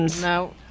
No